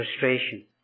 frustration